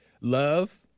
love